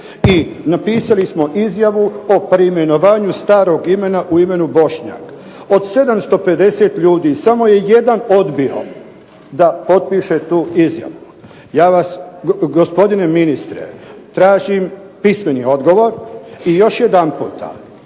i napisali smo izjavu o preimenovanju starog imena u imenu Bošnjak. Od 750 ljudi samo je jedan odbio da potpiše tu izjavu. Gospodine ministre, tražim pismeni odgovor. I još jedanputa,